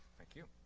thank you.